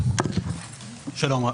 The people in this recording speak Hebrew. שלום רב.